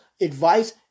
advice